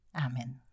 Amen